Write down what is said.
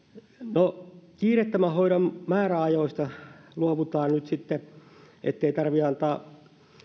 tänne palaavat kiireettömän hoidon määräajoista luovutaan nyt sitten ettei tarvitse antaa